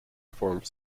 forms